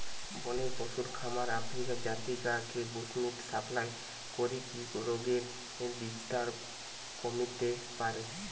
বনের পশুর খামার আফ্রিকার জাতি গা কে বুশ্মিট সাপ্লাই করিকি রোগের বিস্তার কমিতে পারে